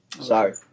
sorry